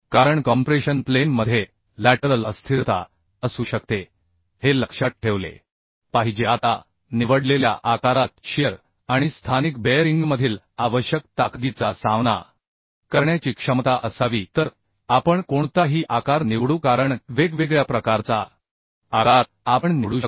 कारण compression plane मध्ये बाजूकडील अस्थिरता असू शकते हे लक्षात ठेवले पाहिजे आता निवडलेल्या आकारात शिअर आणि स्थानिक बेअरिंगमधील आवश्यक ताकदीचा सामना करण्याची क्षमता असावी तर आपण कोणताही आकार निवडू कारण वेगवेगळ्या प्रकारचा आकार आपण निवडू शकतो